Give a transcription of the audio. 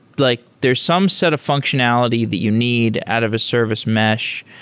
like there's some set of functionality that you need out of a service mesh.